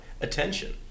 attention